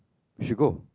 we should go